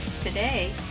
Today